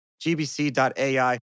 GBC.ai